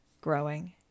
growing